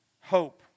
hope